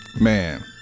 Man